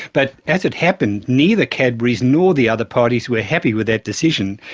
but as it happened, neither cadbury's nor the other parties were happy with that decision,